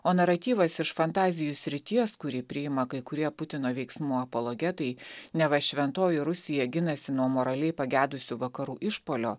o naratyvas iš fantazijų srities kurį priima kai kurie putino veiksmų apologetai neva šventoji rusija ginasi nuo moraliai pagedusių vakarų išpuolio